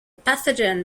pathogen